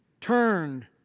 Turn